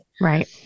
Right